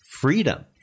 Freedom